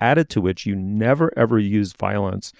added to which you never ever use violence